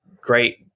great